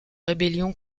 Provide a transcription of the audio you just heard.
rébellion